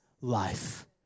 life